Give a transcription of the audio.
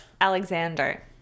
Alexander